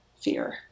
fear